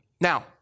Now